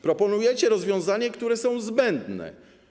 Proponujecie rozwiązania, które są zbędne.